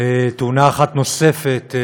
תאונה אחת נוספת,